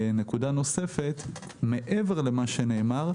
נקודה נוספת, מעבר למה שנאמר,